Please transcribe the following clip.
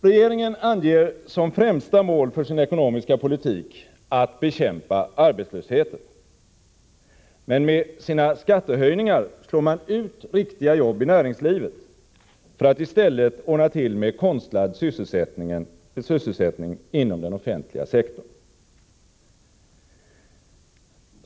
Regeringen anger som främsta mål för sin ekonomiska politik att bekämpa arbetslösheten. Men med sina skattehöjningar slår man ut riktiga jobb i näringslivet för att i stället ordna till med konstlad sysselsättning inom den offentliga sektorn.